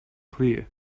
clear